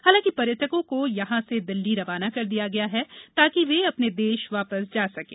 हालाकिं पर्यटकों को यहां से दिल्ली रवाना कर दिया गया है ताकि वे अपने देश वापस जा सकें